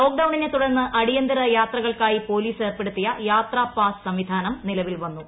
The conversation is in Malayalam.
ലോക്ഡൌണിനെ തുടർന്ന് അടിയന്തര യാത്രകൾക്കായി പോലീസ് ഏർപ്പെടുത്തിയ യാത്രാ പാസ് സംവിധാനം നിലവിൽ വന്നു